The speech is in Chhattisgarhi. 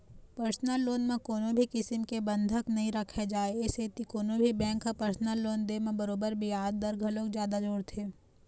परसनल लोन म कोनो भी किसम के बंधक नइ राखे जाए ए सेती कोनो भी बेंक ह परसनल लोन दे म बरोबर बियाज दर घलोक जादा जोड़थे